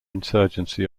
insurgency